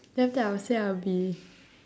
then after that I will say I will be